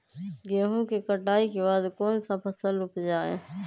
गेंहू के कटाई के बाद कौन सा फसल उप जाए?